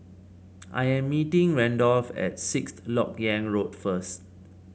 I am meeting Randolph at Sixth LoK Yang Road first